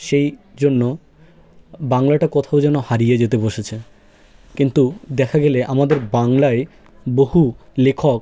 সেই জন্য বাংলাটা কোথাও যেন হারিয়ে যেতে বসেছে কিন্তু দেখা গেলে আমাদের বাংলায় বহু লেখক